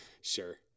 Sure